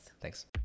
thanks